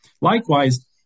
Likewise